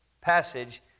passage